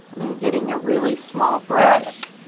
i'm getting a really small brush